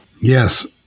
Yes